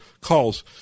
calls